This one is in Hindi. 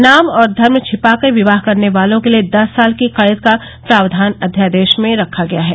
नाम और धर्म छिपाकर विवाह करने वालों के लिये दस साल की कैद का प्रावधान अध्यादेस में रखा गया है